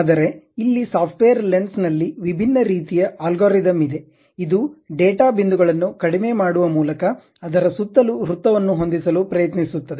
ಆದರೆ ಇಲ್ಲಿ software lens ನಲ್ಲಿ ವಿಭಿನ್ನ ರೀತಿಯ ಅಲ್ಗಾರಿದಮ್ಇದೆ ಇದು ಈ ಡೇಟಾ ಬಿಂದುಗಳನ್ನು ಕಡಿಮೆ ಮಾಡುವ ಮೂಲಕ ಅದರ ಸುತ್ತಲೂ ವೃತ್ತವನ್ನು ಹೊಂದಿಸಲು ಪ್ರಯತ್ನಿಸುತ್ತದೆ